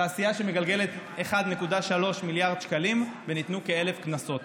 זאת תעשייה שמגלגלת 1.3 מיליארד שקלים וניתנו כ-1,000 קנסות.